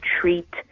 treat